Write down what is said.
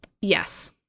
Yes